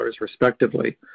respectively